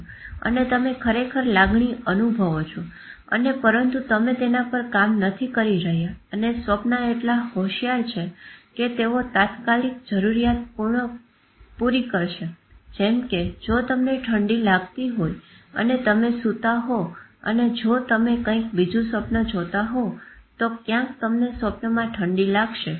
અને તમે ખરેખર લાગણી અનુભવો છો અને પરંતુ તમે તેના પર કામ નથી કરી રહ્યા અને સ્વપ્ના એટલા હોશિયાર છે કે તેઓ તાત્કાલિક જરૂરિયાત પણ પૂરી કરશે જેમ કે જો તમને ઠંડી લગતી હોય અને તમે સુતા હોવ અને જો તમે કંઈક બીજું સ્વપ્ન જોતા હોવ તો ક્યાંક તમને સ્વપ્નામાં ઠંડી લાગશે